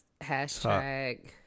Hashtag